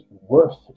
worth